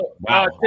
wow